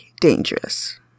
dangerous